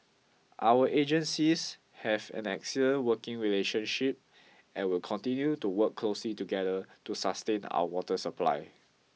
our agencies have an excellent working relationship and will continue to work closely together to sustain our water supply